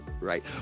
Right